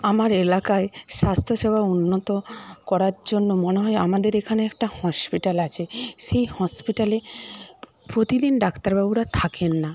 আমার এলাকায় স্বাস্থ্যসেবা উন্নত করার জন্য মনে হয় আমাদের এখানে একটা হসপিটাল আছে সেই হসপিটালে প্রতিদিন ডাক্তারবাবুরা থাকেন না